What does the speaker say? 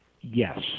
Yes